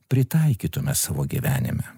pritaikytume savo gyvenime